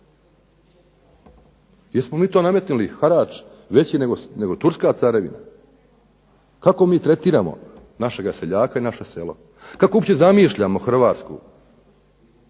Jesmo li to nametnuli harač veći nego turska carevina. Kako mi tretiramo našega seljaka i naše selo? Kako uopće zamišljamo Hrvatsku?